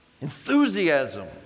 enthusiasm